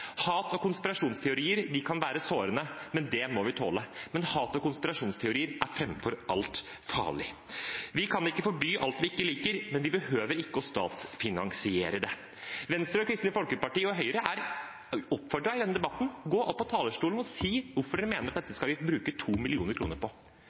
Hat og konspirasjonsteorier kan være sårende, men det må vi tåle, men hat og konspirasjonsteorier er framfor alt farlig. Vi kan ikke forby alt vi ikke liker, men vi behøver ikke å statsfinansiere det. Venstre, Kristelig Folkeparti og Høyre er oppfordret i denne debatten til å gå opp på talerstolen og si hvorfor de mener at vi skal bruke 2 mill. kr på